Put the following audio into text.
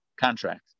contract